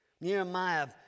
Nehemiah